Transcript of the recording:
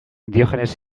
diogenes